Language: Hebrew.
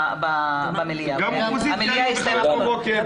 במליאה -- גם האופוזיציה היו ב-5:00 בבוקר.